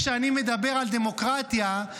כשאני מדבר על דמוקרטיה,